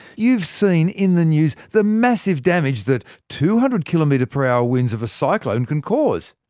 you've seen in the news the massive damage that two hundred kilometre per hour winds of a cyclone can cause.